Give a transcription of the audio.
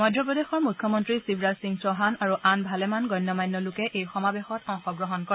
মধ্যপ্ৰদেশৰ মুখ্যমন্ত্ৰী শিৱৰাজ সিং চৌহান আৰু আন ভালেমান গণ্য মান্য লোকে এই সমাৱেশত অংশগ্ৰহণ কৰে